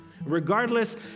Regardless